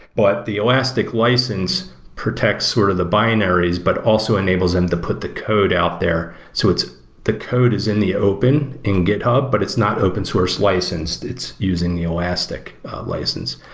but the elastic license protects sort of the binaries but also enables them to put the code out there. so the code is in the open in github, but it's not open-source licensed. it's using the elastic license.